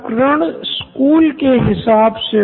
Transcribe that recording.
professor हाँ जैसे सभाए वार्षिक उत्सव स्कूल डे इत्यादि